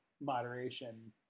moderation